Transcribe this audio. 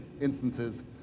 instances